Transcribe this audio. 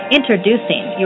Introducing